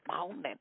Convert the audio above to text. morning